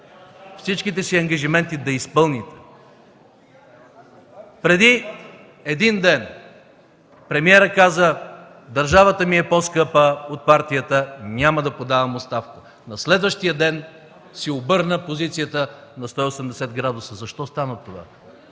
всичките си ангажименти. Преди един ден премиерът каза: „Държавата ми е по-скъпа от партията – няма да подавам оставка!” На следващия ден си обърна позицията на 180о!? Защо стана това?